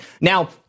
Now